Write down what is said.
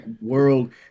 world